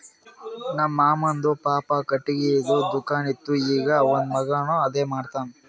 ನಮ್ ಮಾಮಾದು ಪಪ್ಪಾ ಖಟ್ಗಿದು ದುಕಾನ್ ಇತ್ತು ಈಗ್ ಅವಂದ್ ಮಗಾನು ಅದೇ ಮಾಡ್ತಾನ್